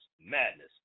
madness